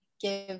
Give